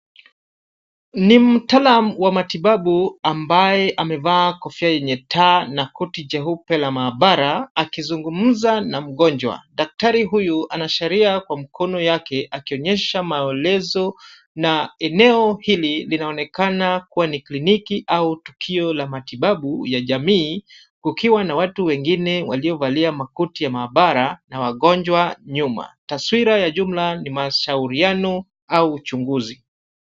Ni mtaalam wa matibabu ambaye amevaa kofia yenye taa na koti jeupe la maabara, akizungumza na mgonjwa. Daktari huyu ana sheria kwa mkono yake akionyesha maelezo. Na eneo hili linaonekana kuwa ni kliniki au tukio la matibabu ya jamii, ukiwa na watu wengine waliovalia makoti ya maabara na wagonjwa nyuma. Taswira ya jumla ni mashauriano au uchunguzi.